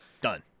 Done